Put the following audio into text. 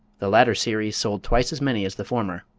the latter series sold twice as many as the former.